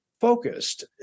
Focused